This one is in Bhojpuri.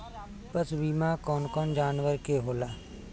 पशु बीमा कौन कौन जानवर के होला?